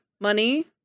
money